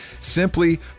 Simply